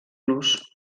los